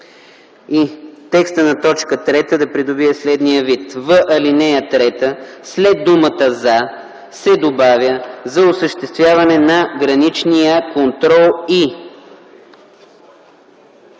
и текстът на т. 3 да придобие следния вид: „3. В ал. 3 след думата „за” се добавя „за осъществяване на граничния контрол и”.